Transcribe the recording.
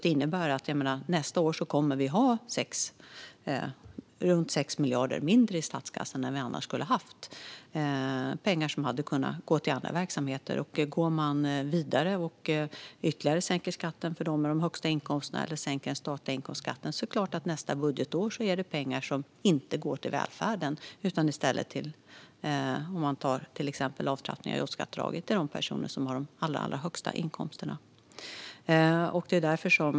Det innebär att vi nästa år kommer att ha runt 6 miljarder mindre i statskassan än det annars skulle ha varit. Det är pengar som hade kunnat gå till andra verksamheter. Om man går vidare och sänker skatten ytterligare för dem med de högsta inkomsterna eller sänker den statliga inkomstskatten är det klart att det nästa budgetår är fråga om pengar som inte går till välfärden. I stället går de med hjälp av avtrappningar i jobbskatteavdraget till dem med de allra högsta inkomsterna.